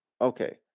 Okay